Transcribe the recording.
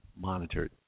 monitored